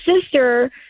sister